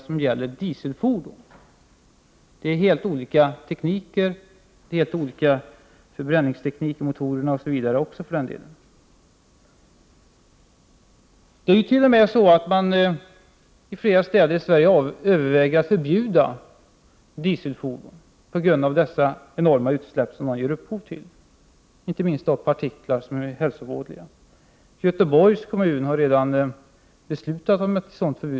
Det är här fråga om helt olika reningstekniker och för den delen även olika förbränningstekniker i motorerna. Det är t.o.m. så att man i flera städer i Sverige överväger att förbjuda dieselfordon på grund av de enorma utsläpp som dessa ger upphov till, inte minst av hälsovådliga partiklar. Göteborgs kommun har redan fattat beslut om ett sådant förbud.